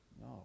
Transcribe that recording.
No